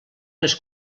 les